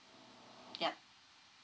yup